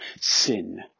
sin